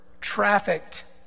trafficked